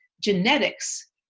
genetics